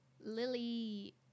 Lily